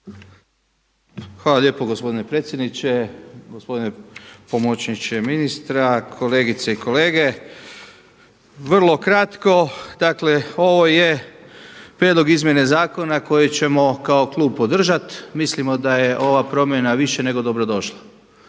Hvala lijepo gospodine predsjedniče. Gospodine pomoćniče ministra, kolegice i kolege vrlo kratko. Dakle ovo je prijedlog izmjene zakona koje ćemo kao klub podržati. Mislimo da je ova promjena više nego dobro došla.